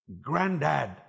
granddad